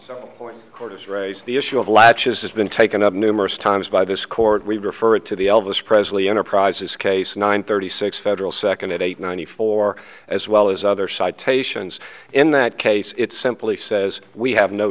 does raise the issue of latches has been taken up numerous times by this court we refer it to the elvis presley enterprises case nine thirty six federal second it eight ninety four as well as other citations in that case it simply says we have no